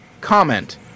Comment